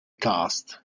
cast